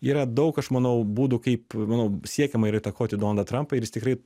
yra daug aš manau būdų kaip manau siekiama yra įtakoti donaldą trampą ir jis tikrai